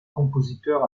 compositeur